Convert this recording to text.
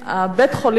בית-החולים הזה,